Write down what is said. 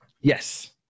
Yes